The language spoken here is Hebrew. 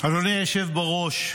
אדוני היושב בראש,